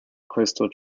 crystal